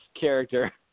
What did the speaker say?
character